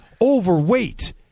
overweight